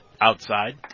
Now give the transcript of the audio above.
outside